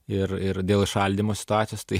ir ir dėl įšaldymo situacijos tai